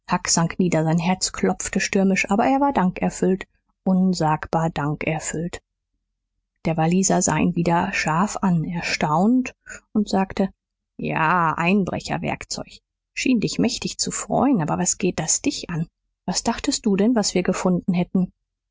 nieder sein herz klopfte stürmisch aber er war dankerfüllt unsagbar dankerfüllt der walliser sah ihn wieder scharf an erstaunt und sagte ja einbrecherwerkzeug schien dich mächtig zu freun aber was geht das dich an was dachtest du denn was wir gefunden hätten